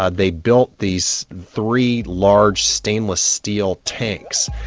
ah they built these three large, stainless steel tanks,